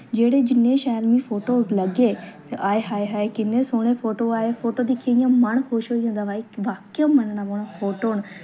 जेह्ड़े जिन्ने शैल मिगी फोटो लग्गे ते आए हाय हाय किन्ने सोह्ने फोटो आए फोटो दिक्खियै इ'यां मन खुश होई जंदा भाई बाकेआ मन्नना पौना फोटो न